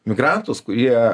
migrantus kurie